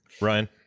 ryan